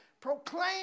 proclaim